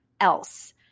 else